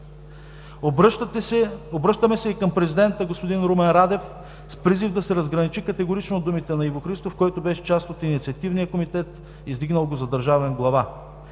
Обръщаме се и към президента господин Румен Радев с призив да се разграничи категорично от думите на Иво Христов, който беше част от Инициативния комитет, издигнал го за държавен глава.